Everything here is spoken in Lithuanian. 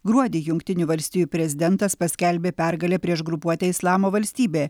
gruodį jungtinių valstijų prezidentas paskelbė pergalę prieš grupuotę islamo valstybė